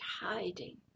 hiding